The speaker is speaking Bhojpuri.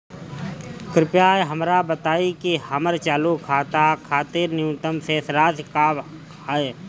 कृपया हमरा बताइं कि हमर चालू खाता खातिर न्यूनतम शेष राशि का ह